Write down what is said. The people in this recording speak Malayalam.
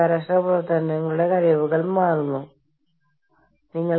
അന്താരാഷ്ട്ര തൊഴിൽ ബന്ധങ്ങൾ